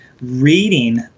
reading